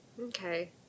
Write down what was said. okay